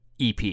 EP